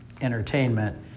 entertainment